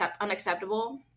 unacceptable